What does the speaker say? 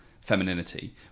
femininity